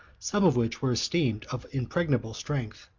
some of which were esteemed of impregnable strength.